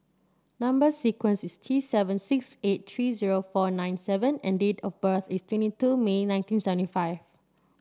number sequence is T seven six eight three zero four nine seven and date of birth is twenty two May nineteen seventy five